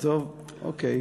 טוב, אוקיי.